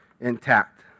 intact